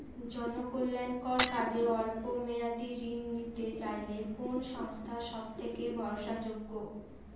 জনকল্যাণকর কাজে অল্প মেয়াদী ঋণ নিতে চাইলে কোন সংস্থা সবথেকে ভরসাযোগ্য?